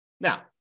Now